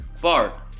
Bart